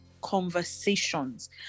conversations